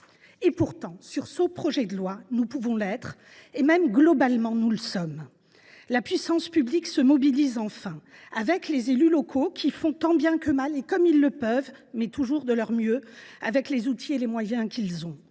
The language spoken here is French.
! Pourtant, sur ce projet de loi, nous pouvons l’être ; je peux même dire que, globalement, nous le sommes. La puissance publique se mobilise enfin, avec les élus locaux, qui agissent tant bien que mal, comme ils peuvent, mais toujours de leur mieux, avec les outils et les moyens qu’ils ont